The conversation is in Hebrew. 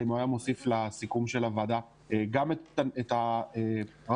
אם תוסיף לסיכום הוועדה גם את הרצון